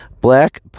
black